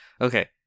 okay